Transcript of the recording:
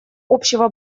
общего